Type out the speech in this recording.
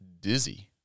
dizzy